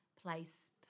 Place